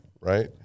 right